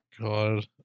God